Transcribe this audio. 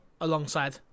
alongside